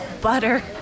butter